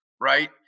Right